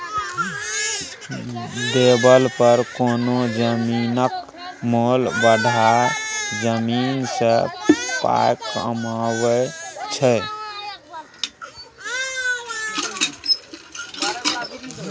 developer कोनो जमीनक मोल बढ़ाए जमीन सँ पाइ कमाबै छै